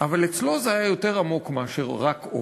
אבל אצלו זה היה יותר עמוק מאשר רק אופי,